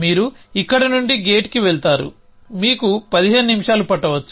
మీరు ఇక్కడి నుండి గేట్కి వెళతారు మీకు పదిహేను నిమిషాలు పట్టవచ్చు